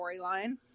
storyline